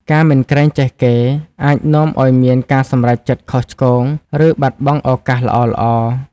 ការមិនក្រែងចេះគេ អាចនាំឲ្យមានការសម្រេចចិត្តខុសឆ្គង ឬបាត់បង់ឱកាសល្អៗ។